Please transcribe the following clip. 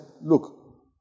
look